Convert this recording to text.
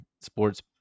sports